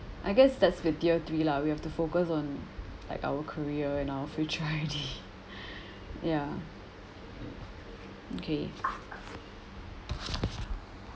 I guess that's the tier three lah we have to focus on like our career and our future already ya okay